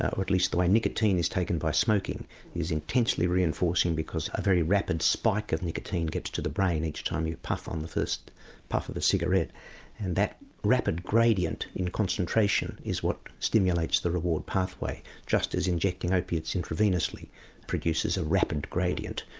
at least the way nicotine is taken by smoking is intensely reinforcing because a very rapid spike of nicotine gets to the brain each time you puff on the first puff of the cigarette and that rapid gradient in concentration is what stimulates the reward pathway, just as injecting opiates intravenously produces a rapid gradient.